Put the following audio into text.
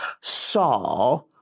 saw